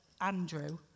Andrew